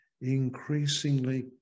increasingly